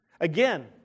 Again